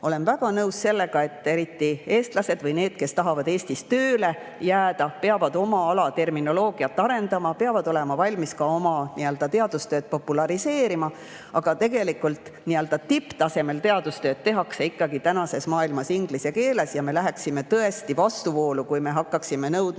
Olen väga nõus sellega, et eriti eestlased või need, kes tahavad Eestisse tööle jääda, peavad oma ala terminoloogiat arendama, peavad olema valmis ka oma teadustööd populariseerima. Aga tipptasemel teadustööd tehakse tänases maailmas ikkagi inglise keeles ja me läheksime tõesti vastuvoolu, kui me hakkaksime nõudma,